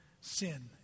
sin